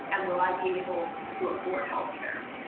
and will i be able to afford healthcare.